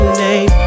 name